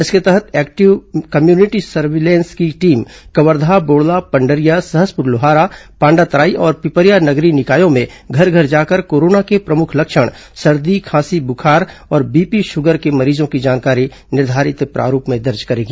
इसके तहत active community surveillance की टीम कवर्धा बोड़ला पंडरिया सहसपुर लोहारा पांडातराई और पिपरिया नगरीय निकायों में घर घर जाकर कोरोना के प्रमुख लक्षण सर्दी खांसी बुखार और बीपी शुगर के मरीजों की जानकारी निर्धारित प्रारूप में दर्ज करेगी